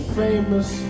famous